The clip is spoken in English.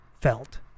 felt